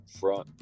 front